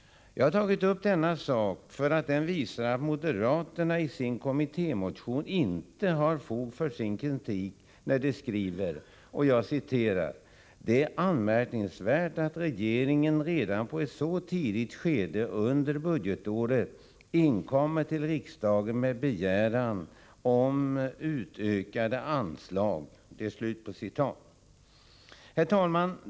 Jag har tagit upp denna sak för den visar att moderaterna i sin kommittémotion inte har fog för sin kritik när de skriver: ”Det är anmärkningsvärt att regeringen redan på ett så tidigt skede under budgetåret inkommer till riksdagen med begäran om utökade anslag”. Herr talman!